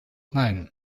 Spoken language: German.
nein